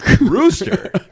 Rooster